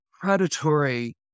predatory